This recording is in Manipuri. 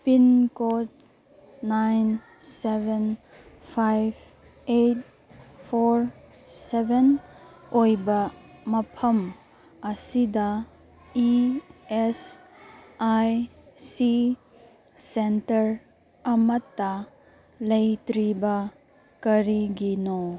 pincode nine seven five eight four seven ꯑꯣꯏꯕ ꯃꯐꯝ ꯑꯁꯤꯗ E S I C centre ꯑꯃꯠꯇ ꯂꯩꯇ꯭ꯔꯤꯕ ꯀꯔꯤꯒꯤꯅꯣ